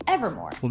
Evermore